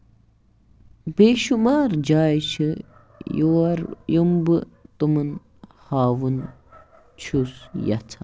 بے شُمار جایہِ چھِ یور ییٚمہٕ بہٕ تِمَن ہاوُن چھُ یَژھان